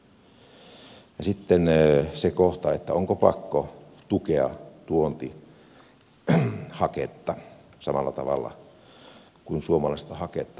ja sitten se kohta onko pakko tukea tuontihaketta samalla tavalla kuin suomalaista haketta